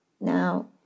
Now